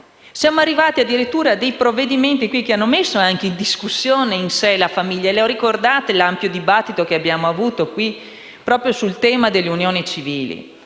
Siamo arrivati addirittura a dei provvedimenti che hanno messo in discussione la famiglia in sé. Ricordate l'ampio dibattito che abbiamo avuto proprio sul tema delle unioni civili?